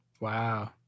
wow